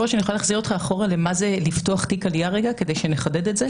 אני יכולה להחזיר אותך אחורה למה זה לפתוח תיק עלייה כדי שנחדד את זה?